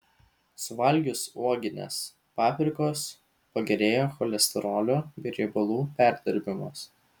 suvalgius uoginės paprikos pagerėja cholesterolio bei riebalų perdirbimas